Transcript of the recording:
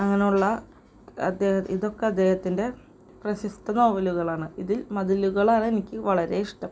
അങ്ങനെ ഉള്ള അദ്ദേഹം ഇതൊക്കെ അദ്ദേഹത്തിൻ്റെ പ്രശസ്ത നോവലുകളാണ് ഇതിൽ മതിലുകളാണ് എനിക്ക് വളരെ ഇഷ്ടം